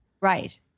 Right